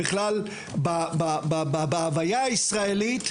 בכלל בהוויה הישראלית,